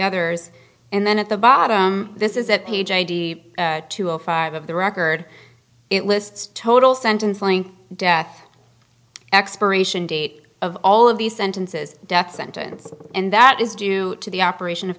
others and then at the bottom this is at page eighty five of the record it lists total sentence length death expiration date of all of these sentences death sentence and that is due to the operation of